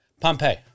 Pompeii